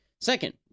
Second